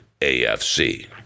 AFC